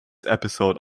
episode